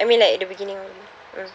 I mean like the beginning mm